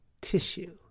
tissue